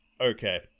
okay